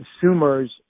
consumers